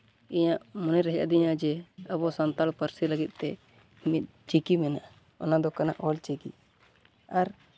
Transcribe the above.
ᱤᱧᱟᱹᱜ ᱢᱚᱱᱮᱨᱮ ᱦᱮᱡ ᱟᱹᱫᱤᱧᱟᱹ ᱡᱮ ᱟᱵᱚ ᱥᱟᱱᱛᱟᱲ ᱯᱟᱹᱨᱥᱤ ᱞᱟᱹᱜᱤᱫ ᱛᱮ ᱢᱤᱫ ᱪᱤᱠᱤ ᱢᱮᱱᱟᱜᱼᱟ ᱚᱱᱟ ᱫᱚ ᱠᱟᱱᱟ ᱚᱞ ᱪᱤᱠᱤ ᱟᱨ